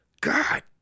God